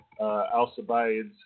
Alcibiades